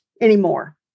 anymore